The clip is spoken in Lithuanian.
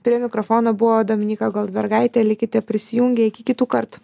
prie mikrofono buvo dominyka goldbergaitė likite prisijungę iki kitų kartų